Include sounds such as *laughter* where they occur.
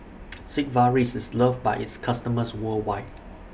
*noise* Sigvaris IS loved By its customers worldwide